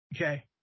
Okay